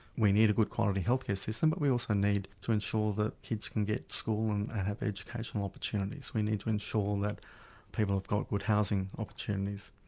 we need a good quality health care system but we also need to ensure that kids can get to school and and have educational opportunities. we need to ensure that people have got good housing opportunities,